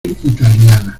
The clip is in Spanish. italiana